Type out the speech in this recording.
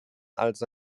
also